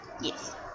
Yes